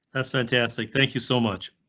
that's fantastic, thank you so much.